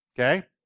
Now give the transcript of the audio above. Okay